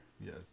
Yes